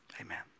Amen